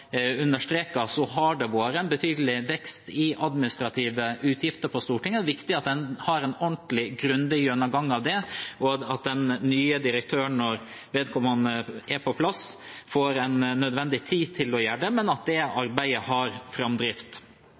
har det vært en betydelig vekst i administrative utgifter på Stortinget. Det er viktig at en har en ordentlig grundig gjennomgang av det, og at den nye direktøren, når vedkommende er på plass, får nødvendig tid til å gjøre det, men at det arbeidet har framdrift.